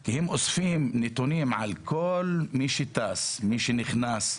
כי הם אוספים נתונים על כל מי שטס, על מי שנכנס,